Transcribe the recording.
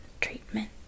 treatment